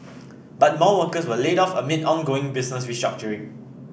but more workers were laid off amid ongoing business restructuring